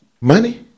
Money